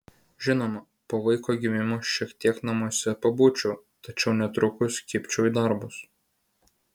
žinoma po vaiko gimimo šiek tiek namuose pabūčiau tačiau netrukus kibčiau į darbus